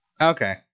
Okay